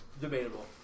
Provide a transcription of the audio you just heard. Debatable